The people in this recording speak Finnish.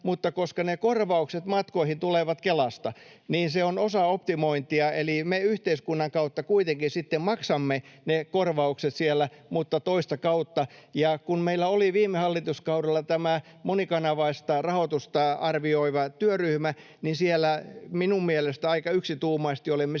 mutta koska ne korvaukset matkoihin tulevat Kelasta, niin se on osaoptimointia, eli me yhteiskunnan kautta kuitenkin sitten maksamme ne korvaukset siellä mutta toista kautta. Ja kun meillä oli viime hallituskaudella tämä monikanavaista rahoitusta arvioiva työryhmä, niin siellä minun mielestäni aika yksituumaisesti olimme